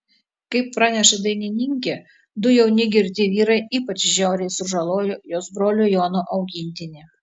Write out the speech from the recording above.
kaip praneša dainininkė du jauni girti vyrai ypač žiauriai sužalojo jos brolio jono augintinį